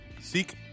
Seek